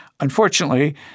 Unfortunately